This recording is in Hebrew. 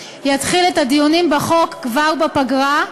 יתחיל את הדיונים בחוק כבר בפגרה.